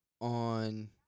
on